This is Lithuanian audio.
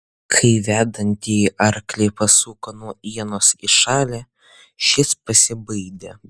kai vedantįjį arklį pasuko nuo ienos į šalį šis pasibaidė